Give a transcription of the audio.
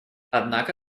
однако